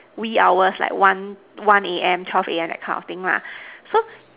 wee hours like one one A_M twelve A_M that kind of thing lah so